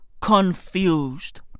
confused